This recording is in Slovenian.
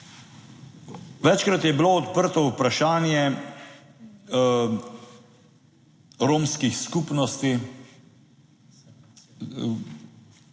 Večkrat je bilo odprto vprašanje, romskih skupnosti.